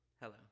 Hello